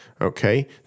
okay